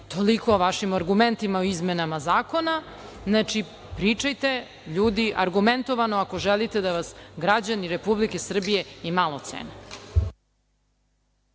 toliko o vašim argumentima o izmenama zakona. Znači, pričajte ljudi argumentovano ako želite da vas građani Republike Srbije i malo cene.